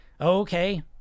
Okay